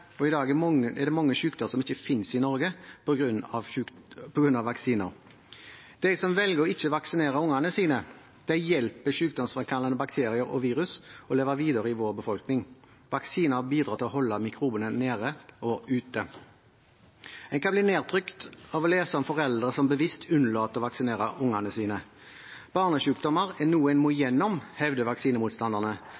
og i dag er det mange sykdommer som ikke finnes i Norge på grunn av vaksiner. De som velger ikke å vaksinere ungene sine, hjelper sykdomsfremkallende bakterier og virus til å leve videre i vår befolkning. Vaksiner bidrar til å holde mikrobene nede og ute. En kan bli nedtrykt av å lese om foreldre som bevisst unnlater å vaksinere ungene sine. Barnesykdommer er noe en må